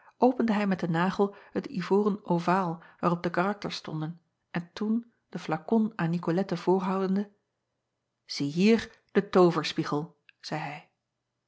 opende hij met den nagel het ivoren ovaal waarop de karakters stonden en toen den flakon aan icolette voorhoudende ziehier den tooverspiegel zeî